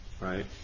Right